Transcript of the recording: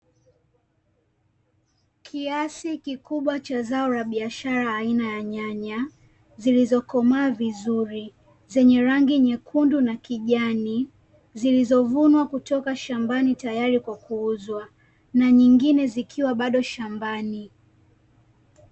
Kiasi kikubwa cha zao la biashara aina ya nyanya zilizokomaa vizuri, zenye rangi nyekundu na kijani. Zilizovunwa kutoka shambani tayari kwa kuuzwa na nyingine zikiwa bado shambani.